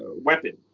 weapon.